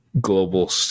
global